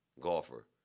golfer